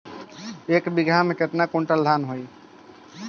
एक बीगहा में केतना कुंटल धान होई?